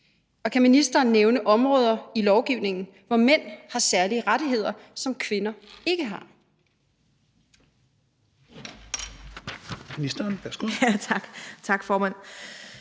og kan ministeren nævne områder i lovgivningen, hvor mænd har særlige rettigheder, som kvinder ikke har?